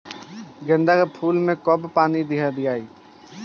गेंदे के फूल मे कब कब पानी दियाला?